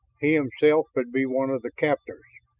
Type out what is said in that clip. he himself would be one of the captors.